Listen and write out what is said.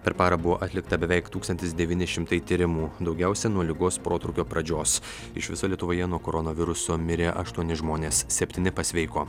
per parą buvo atlikta beveik tūkstantis devyni šimtai tyrimų daugiausiai nuo ligos protrūkio pradžios iš viso lietuvoje nuo koronaviruso mirė aštuoni žmonės septyni pasveiko